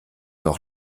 noch